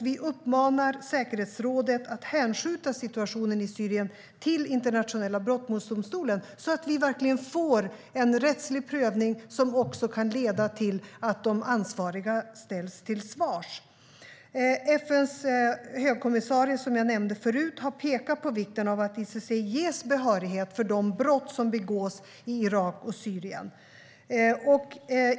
Vi uppmanar säkerhetsrådet att hänskjuta situationen i Syrien till den internationella brottmålsdomstolen så att vi verkligen får en rättslig prövning som kan leda till att de ansvariga ställs till svars. FN:s högkommissarie, som jag nämnde förut, har pekat på vikten av att ICC ges behörighet när det gäller de brott som begås i Irak och Syrien.